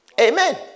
Amen